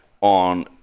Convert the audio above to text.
on